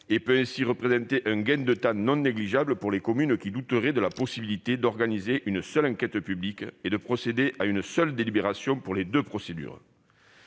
et peut ainsi représenter un gain de temps non négligeable pour les communes qui douteraient de la possibilité d'organiser une seule enquête publique et de procéder à une seule délibération pour les deux procédures.